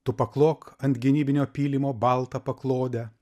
tu paklok ant gynybinio pylimo baltą paklodę